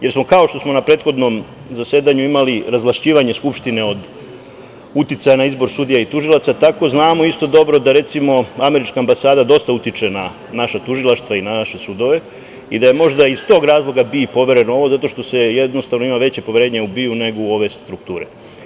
Jer, kao što smo na prethodnom zasedanju imali razvlašćivanje Skupštine od uticaja na izbor sudija i tužilaca, tako znamo isto dobro da, recimo, američka ambasada dosta utiče na naša tužilaštva i na naše sudove i da je možda iz tog razloga BIA povereno ovo, zato što se jednostavno ima veće poverenje u BIA nego u ove strukture.